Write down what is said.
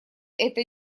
это